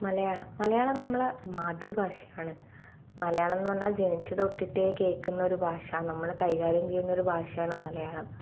മലയാളം മലയാളം നമ്മുടെ മാതൃഭാഷയാണ് മലയാളമെന്ന് പറഞ്ഞാൽ ജനിച്ചത് തൊട്ടിട്ടേ കേൾക്കുന്ന ഒരു ഭാഷ നമ്മൾ കൈകാര്യം ചെയ്യുന്ന ഒരു ഭാഷയാണ് മലയാളം